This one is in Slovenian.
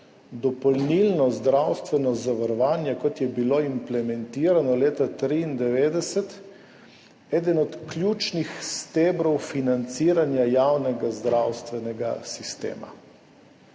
dopolnilno zdravstveno zavarovanje, kot je bilo implementirano leta 1993, eden od ključnih stebrov financiranja javnega zdravstvenega sistema.